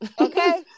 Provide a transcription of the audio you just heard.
Okay